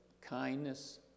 kindness